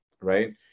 Right